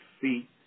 feet